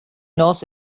nos